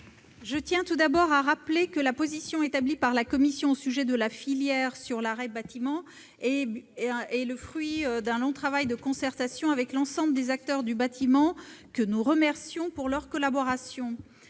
Je tiens tout d'abord à rappeler que la position établie par la commission au sujet de la filière REP dans le secteur du bâtiment est le fruit d'un long travail de concertation avec l'ensemble des acteurs de ce secteur, que nous remercions de leur collaboration.